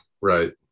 right